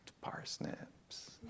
parsnips